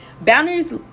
Boundaries